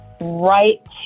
right